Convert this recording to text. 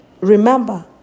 Remember